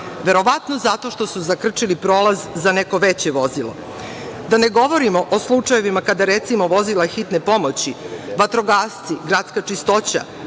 verovatno zato što su zakrčili prolaz za neko veće vozilo, a da ne govorimo o slučajevima kada, recimo, vozila „Hitne pomoći“, vatrogasci, gradska čistoća,